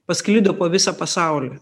pasklido po visą pasaulį